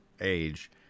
age